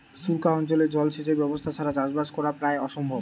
সুক্লা অঞ্চলে জল সেচের ব্যবস্থা ছাড়া চাষবাস করা প্রায় অসম্ভব